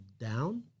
down